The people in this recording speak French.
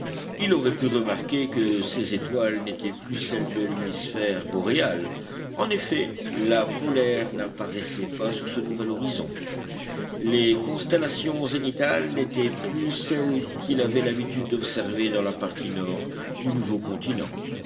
il aurait pu remarquer que ces étoiles n'étaient plus celles de l'hémisphère boréal en effet la polaire n'apparaissait pas sur ce nouvel horizon les constellations zénithales n'étaient plus celles qu'il avait l'habitude d'observer dans la partie nord du nouveau continent